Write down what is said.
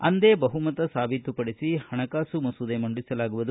ಅಂದೇ ಬಹುಮತ ಸಾಬೀತುಪಡಿಸಿ ಹಣಕಾಸು ಮಸೂದೆ ಮಂಡಿಸಲಾಗುವುದು